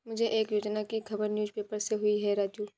मुझे एक योजना की खबर न्यूज़ पेपर से हुई है राजू